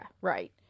right